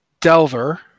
Delver